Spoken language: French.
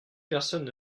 personne